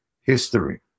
history